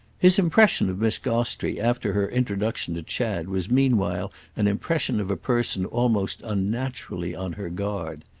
his impression of miss gostrey after her introduction to chad was meanwhile an impression of a person almost unnaturally on her guard.